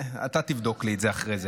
אתה תבדוק לי את זה אחרי זה.